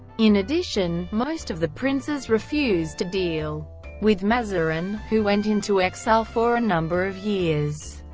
in addition, most of the princes refused to deal with mazarin, who went into exile for a number of years.